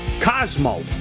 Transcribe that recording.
Cosmo